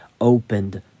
opened